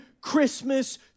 Christmas